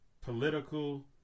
political